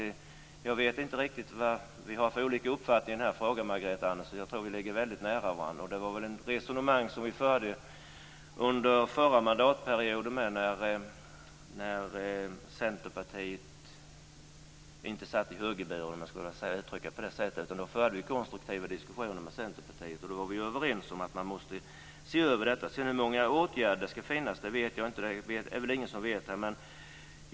Jag vet inte riktigt om vi har olika uppfattning i frågan, Margareta Andersson. Jag tror att vi ligger väldigt nära varandra. Det var ett resonemang som vi förde under förra mandatperioden när Centerpartiet inte satt i högerburen, om jag ska uttrycka det på det sättet. Då förde vi konstruktiva diskussioner med Centerpartiet och var överens om att man måste se över detta. Hur många åtgärder som ska finnas vet jag inte. Det är det väl ingen som vet.